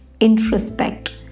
introspect